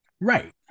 right